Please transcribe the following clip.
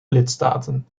lidstaten